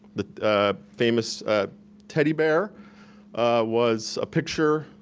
the famous teddy bear was a picture,